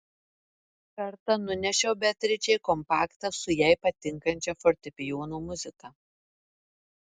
kartą nunešiau beatričei kompaktą su jai patinkančia fortepijono muzika